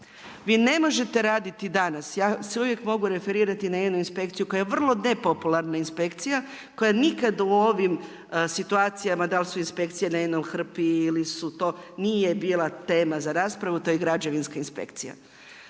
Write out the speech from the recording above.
Vi ne možete raditi danas, ja se uvijek mogu referirati na jedu inspekciju koja je vrlo nepopularna inspekcija, koja nikad u ovim situacijama dal su inspekcije na jednoj hrpi ili su to, nije bila tema za raspravu to je građevinska inspekcija.